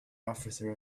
officer